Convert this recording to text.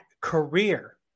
career